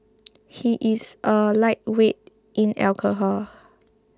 he is a lightweight in alcohol